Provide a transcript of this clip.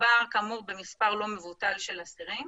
מדובר במספר לא מבוטל של אסירים.